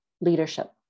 leadership